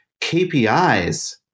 KPIs